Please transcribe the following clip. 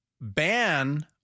ban